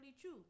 true